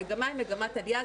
המגמה היא מגמת עלייה,